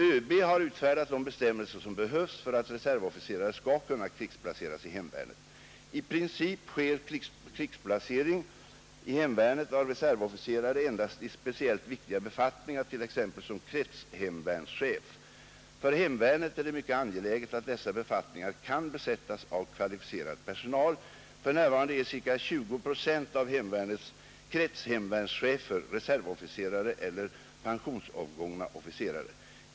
Överbefälhavaren har utfärdat de bestämmelser som behövs för att reservofficerare skall kunna krigsplaceras i hemvärnet. I princip sker krigsplacering i hemvärnet av reservofficerare endast i speciellt viktiga befattningar, t.ex. som kretshemvärnschef. För hemvärnet är det mycket angeläget att dessa befattningar kan besättas av kvalificerad personal. För närvarande är ca 20 procent av hemvärnets kretshemvärnschefer reservofficerare eller pensionsavgångna officerare.